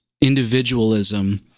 individualism